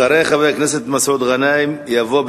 אחרי חבר הכנסת מסעוד גנאים יבוא,